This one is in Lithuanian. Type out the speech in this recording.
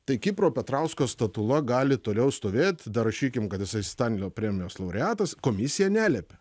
tai kipro petrausko statula gali toliau stovėt darašykim kad jisai stalino premijos laureatas komisija neliepia